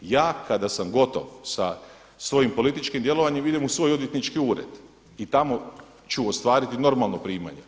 Ja kada sam gotov sa svojim političkim djelovanjem idem u svoj odvjetnički ured i tamo ću ostvariti normalno primanja.